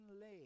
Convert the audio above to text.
lay